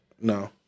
no